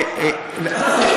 את מה הוא מעכב?